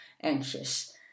anxious